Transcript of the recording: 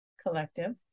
collective